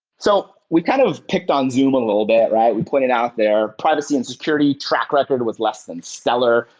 so we kind of picked on zoom a little bit, right? we put it out there. privacy and security track record with less than stellar.